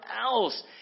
else